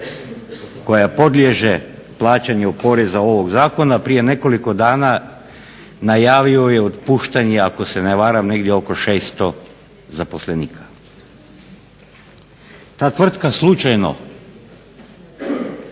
koja podliježe plaćanju poreza ovog zakona prije nekoliko dana najavio je otpuštanje ako se ne varam negdje oko 600 zaposlenika. Ta tvrtka slučajno